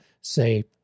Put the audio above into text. say